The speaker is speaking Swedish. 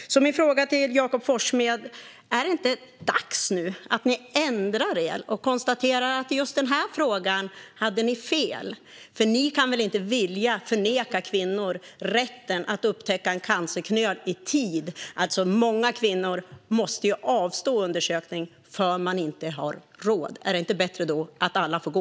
Min fråga till Jakob Forssmed är: Är det inte dags nu att ni ändrar er och konstaterar att i just den här frågan hade ni fel? Ni kan väl inte vilja förneka kvinnor rätten att upptäcka en cancerknöl i tid? Många kvinnor måste avstå undersökning för att de inte har råd. Är det inte bättre att alla får gå?